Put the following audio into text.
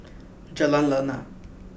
Jalan Lana